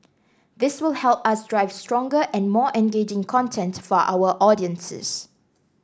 this will help us drive stronger and more engaging content for our audiences